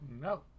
No